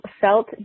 felt